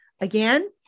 again